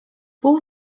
pół